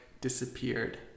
disappeared